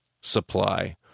supply